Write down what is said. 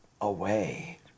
away